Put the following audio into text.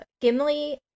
Gimli